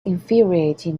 infuriating